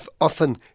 often